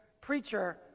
preacher